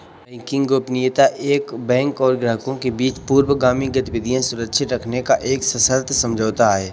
banking गोपनीयता एक bank और ग्राहकों के बीच पूर्वगामी गतिविधियां सुरक्षित रखने का एक सशर्त समझौता है